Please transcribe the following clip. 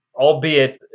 albeit